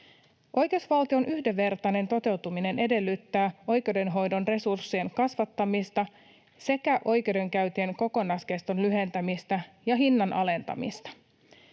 Oikeusvaltion yhdenvertainen toteutuminen edellyttää oikeudenhoidon resurssien kasvattamista sekä oikeudenkäyntien kokonaiskeston lyhentämistä ja hinnan alentamista.